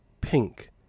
pink